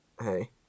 hey